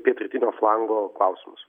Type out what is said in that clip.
pietrytinio flango klausimas